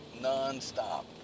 non-stop